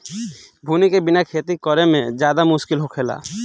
बुनी के बिना खेती करेमे ज्यादे मुस्किल होखेला